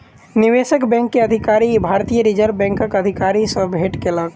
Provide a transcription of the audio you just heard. निवेशक बैंक के अधिकारी, भारतीय रिज़र्व बैंकक अधिकारी सॅ भेट केलक